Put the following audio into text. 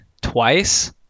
twice